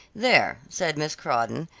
there, said miss crawdon,